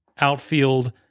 outfield